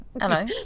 Hello